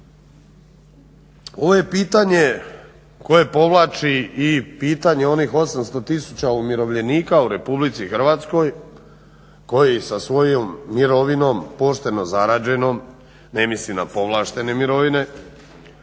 Ovo je pitanje koje povlači i pitanje onih 800 tisuća umirovljenika u Republici Hrvatskoj koji sa svojom mirovinom pošteno zarađenom, ne mislim na povlaštene mirovine